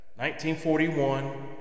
1941